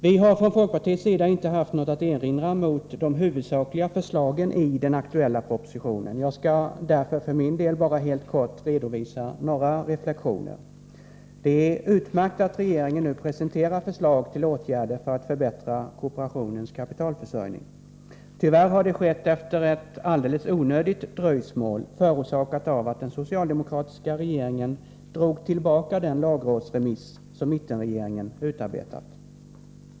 Vi har från folkpartiets sida inte haft något att erinra mot de huvudsakliga förslagen i den aktuella propositionen. Jag skall därför bara helt kort redovisa några reflexioner. Det är utmärkt att regeringen nu presenterar förslag till åtgärder för att förbättra kooperationens kapitalförsörjning. Tyvärr har det skett efter ett alldeles onödigt dröjsmål, förorsakat av att den socialdemokratiska regeringen drog tillbaka den lagrådsremiss som mittenregeringen utarbetat.